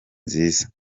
nziza